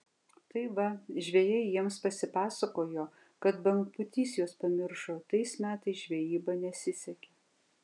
tai va žvejai jiems pasipasakojo kad bangpūtys juos pamiršo tais metais žvejyba nesisekė